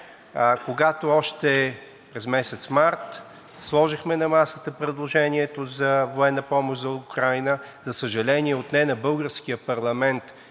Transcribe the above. когато още през месец март сложихме на масата предложението за военна помощ за Украйна. За съжаление, на българския парламент